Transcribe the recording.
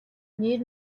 нэр